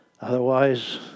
Otherwise